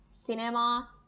cinema